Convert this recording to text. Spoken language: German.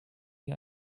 wie